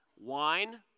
wine